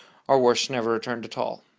or worse never returned at all.